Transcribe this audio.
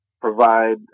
provide